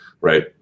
right